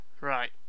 Right